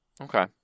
Okay